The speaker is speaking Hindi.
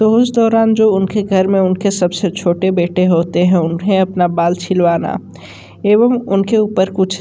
तो उस दौरान जो उनके घर में उनके सब से छोटे बेटे होते हैं उन्हें अपना बाल छिलवाना एवं उनके ऊपर कुछ